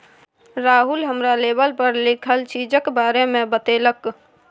राहुल हमरा लेवल पर लिखल चीजक बारे मे बतेलक